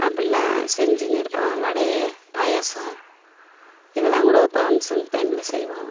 அப்படிலாம் செஞ்சின்னு இருப்போம் வடைய பாயசம் இதெல்லாம் கூட ஃபங்க்ஷன் டைமில் செய்வோம்